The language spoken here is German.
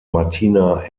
martina